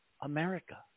America